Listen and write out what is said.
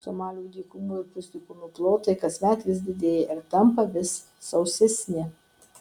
somalio dykumų ir pusdykumių plotai kasmet vis didėja ir tampa vis sausesni